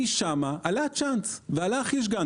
ומשם עלה הצ'אנס ועלה החיש-גד.